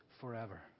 forever